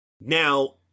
Now